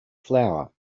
flower